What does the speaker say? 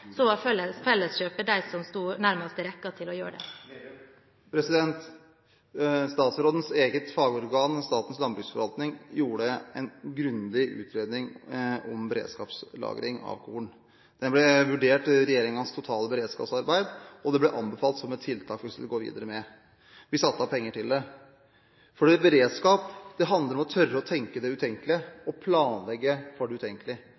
var Felleskjøpet den som sto nærmest i rekken til å gjøre det. Statsrådens eget fagorgan, Statens landbruksforvaltning, gjorde en grundig utredning om beredskapslagring av korn. Den ble vurdert i regjeringens totale beredskapsarbeid, det ble anbefalt som et tiltak vi skulle gå videre med det, og vi satte av penger til det. Beredskap handler om å tørre å tenke det utenkelige og planlegge for det utenkelige.